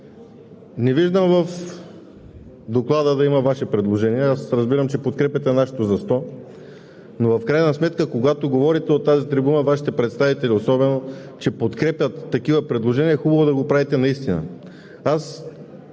не виждам в Доклада да има Ваше предложение. Аз разбирам, че подкрепяте нашето – за 100, но в крайна сметка, когато говорите от тази трибуна, Вашите представители особено, че подкрепят такива предложения, е хубаво да го правите наистина.